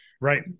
Right